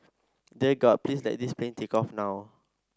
dear God please let this plane take off now